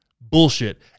Bullshit